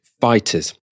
fighters